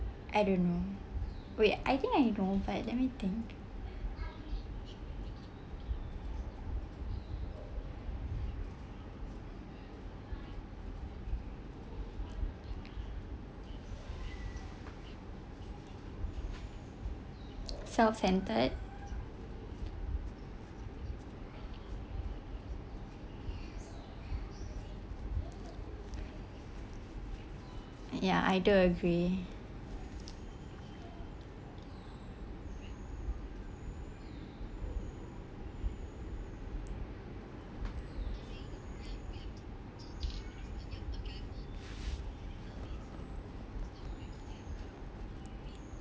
I don't know wait I think I don't have let me think self-centred ya I do agree